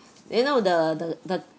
you know the the the